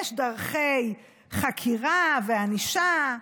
יש דרכי חקירה וענישה.